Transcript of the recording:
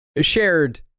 shared